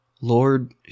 Lord